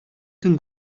can